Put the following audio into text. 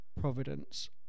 Providence